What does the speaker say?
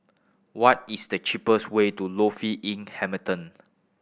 what is the cheapest way to Lofi Inn Hamilton